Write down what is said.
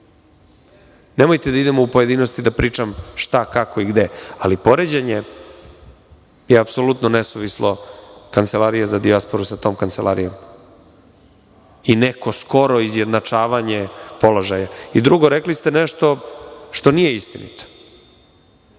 da idemo u pojedinosti šta, kako i gde, ali poređenje je apsolutno nesuvislo Kancelarije za dijasporu sa tom Kancelarijom i neko skoro izjednačavanje položaja. Drugo, rekli ste nešto što nije istinito